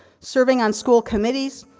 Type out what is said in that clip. serving on school committees,